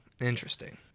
Interesting